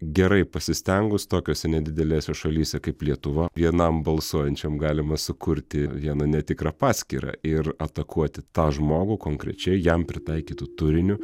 gerai pasistengus tokiose nedidelėse šalyse kaip lietuva vienam balsuojančiam galima sukurti vieną netikrą paskyrą ir atakuoti tą žmogų konkrečiai jam pritaikytu turiniu